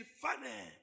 funny